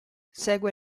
segue